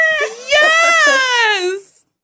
Yes